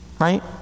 Right